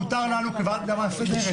מותר לנו כוועדה מסדרת,